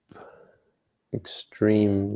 extreme